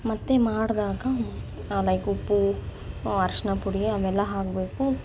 ಮತ್ತು ಮಾಡಿದಾಗ ಲೈಕ್ ಉಪ್ಪು ಅರಶಿಣ ಪುಡಿ ಅವೆಲ್ಲ ಹಾಕಬೇಕು